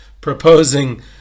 proposing